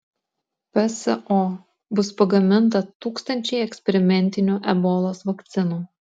pso bus pagaminta tūkstančiai eksperimentinių ebolos vakcinų